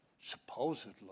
supposedly